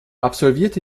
absolvierte